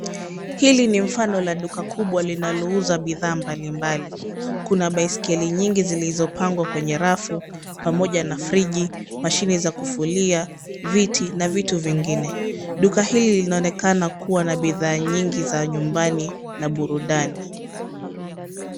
Hili ni mfano la duka kubwa linalouza bidhaa mbalimbali, kuna baiskeli nyingi zilizopangwa kwenye rafu pamoja na friji, mashine za kufulia, viti, na vitu vingine. Duka hili linaonekana kuwa na bidhaa nyingi za nyumbani na burudani.